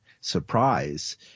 surprise